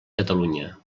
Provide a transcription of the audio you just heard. catalunya